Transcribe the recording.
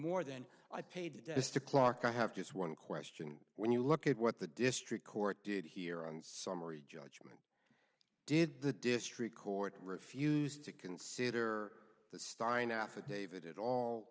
more than i paid this to clark i have just one question when you look at what the district court did hear on summary judge did the district court refused to consider the stein affidavit at all